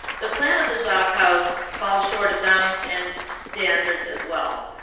the plan of the jop house falls short of downing's and standards as well.